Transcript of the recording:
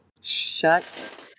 Shut